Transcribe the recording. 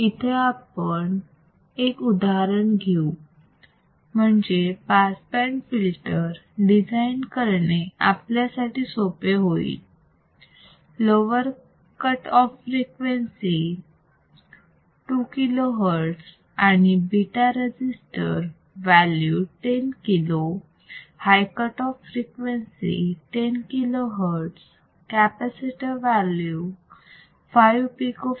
इथे आपण एक उदाहरण घेऊ म्हणजे पास बँड फिल्टर डिझाईन करणे आपल्यासाठी सोपे होईल lower cut off frequency two kilo hertz आणि beta register value 10 kilo high cut off frequency 10 kilo hertz capacitor value 5 Picofarad